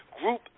group